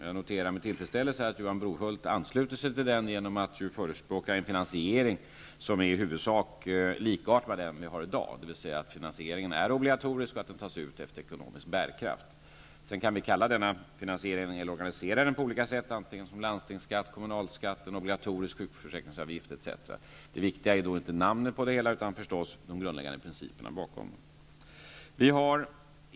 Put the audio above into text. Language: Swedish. Jag noterar med tillfredsställelse att Johan Brohult ansluter sig till den genom att förespråka en finansiering som i huvudsak är likartad med den vi har i dag, dvs. att finansieringen är obligatorisk och att den tas ut efter ekonomisk bärkraft. Sedan kan vi organisera denna finansiering på olika sätt, antingen som landstingsskatt, kommunalskatt, en obligatorisk sjukförsäkringsavgift etc. Det viktiga är inte namnet på det hela, utan de grundläggande principerna bakom.